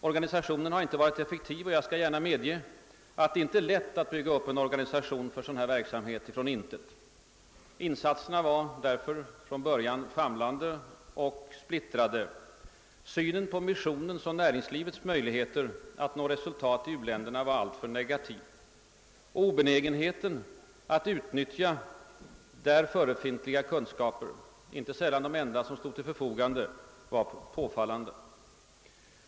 Organisationen har inte varit effektiv, men jag skall gärna medge att det inte är lätt att bygga upp en organisation för en sådan här verksamhet från intet. Insatserna var därför från början famlande och splittrade. Synen på missionens och näringslivets möjligheter att nå resultat i uländerna var alltför negativ, och obenägenheten att utnyttja där förefint liga kunskaper — inte sällan de enda som stod till förfogande — var påfallande.